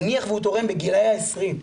נניח והוא תורם בגילאי ה-20,